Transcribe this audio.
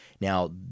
Now